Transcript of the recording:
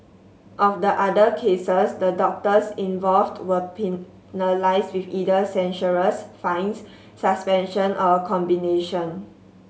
of the other cases the doctors involved were penalised with either censures fines suspension or a combination